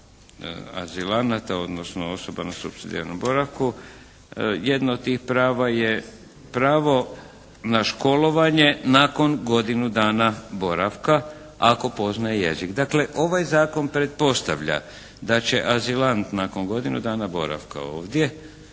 Jedno od tih prava je pravo na školovanje nakon godinu dana boravka, ako poznaje jezik. Dakle ovaj zakon pretpostavlja da će azilant nakon godinu dana boravka ovdje